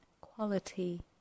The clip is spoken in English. quality